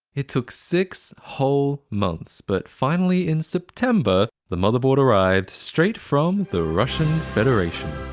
it took six whole months but finally in september, the motherboard arrived straight from the russian federation.